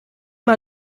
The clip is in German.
mal